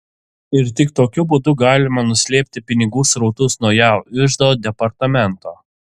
ir tik tokiu būdu galima nuslėpti pinigų srautus nuo jav iždo departamento